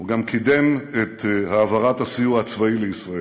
הוא גם קידם את העברת הסיוע הצבאי לישראל.